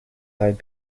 i’ve